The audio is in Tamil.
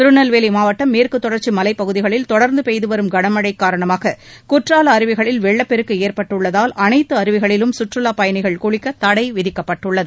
திருநெல்வேலி மாவட்டம் மேற்குத் தொடர்ச்சி மலைப் பகுதிகளில் தொடர்ந்து பெய்துவரும் கனமழை காரணமாக குற்றலால அருவிகளில் வெள்ளப்பெருக்கு ஏற்பட்டுள்ளதால் அனைத்து அருவிகளிலும் சுற்றுலாப் பயணிகள் குளிக்க தடை விதிக்கப்பட்டுள்ளது